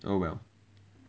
oh well